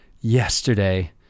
yesterday